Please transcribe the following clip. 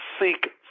seek